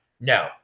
no